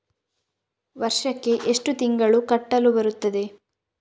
ವರ್ಷಕ್ಕೆ ಎಷ್ಟು ತಿಂಗಳು ಕಟ್ಟಲು ಬರುತ್ತದೆ?